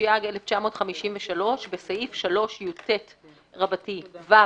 התשי"ג 1953‏ בסעיף 3יט(ו)(1),